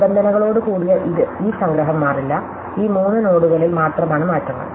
നിബന്ധനകളോടുകൂടിയ ഈ സംഗ്രഹം മാറില്ല ഈ മൂന്ന് നോഡുകളിൽ മാത്രമാണ് മാറ്റങ്ങൾ